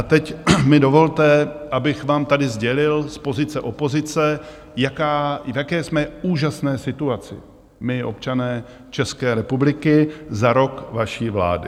Teď mi dovolte, abych vám tady sdělil z pozice opozice, v jaké jsme úžasné situaci, my, občané České republiky, za rok vaší vlády.